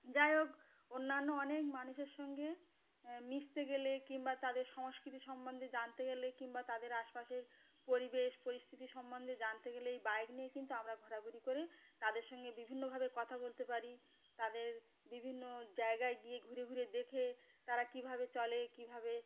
যাই হোক অন্যান্য অনেক মানুষের সঙ্গে মিশতে গেলে কিংবা তাদের সংস্কৃতি সম্বন্ধে জানতে গেলে কিংবা তাদের আশপাশের পরিবেশ পরিস্থিতি সম্বন্ধে জানতে গেলে এই বাইক নিয়ে কিন্তু আমরা ঘোরাঘুরি করে তাদের সঙ্গে বিভিন্নভাবে কথা বলতে পারি তাদের বিভিন্ন জায়গায় গিয়ে ঘুরে ঘুরে দেখে তারা কীভাবে চলে কীভাবে